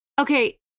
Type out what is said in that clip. Okay